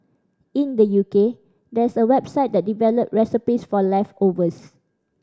in the U K there's a website that develop recipes for leftovers